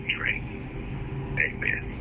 Amen